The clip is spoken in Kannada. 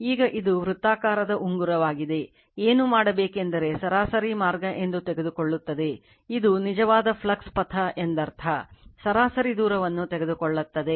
ಈಗ ಇದು ವೃತ್ತಾಕಾರದ ಉಂಗುರವಾಗಿದೆ ಏನು ಮಾಡಬೇಕೆಂದರೆ ಸರಾಸರಿ ಮಾರ್ಗ ಎಂದು ತೆಗೆದುಕೊಳ್ಳುತ್ತದೆ ಇದು ನಿಜವಾಗಿ ಫ್ಲಕ್ಸ್ ಪಥ ಎಂದರ್ಥ ಸರಾಸರಿ ದೂರವನ್ನು ತೆಗೆದುಕೊಳ್ಳುತ್ತದೆ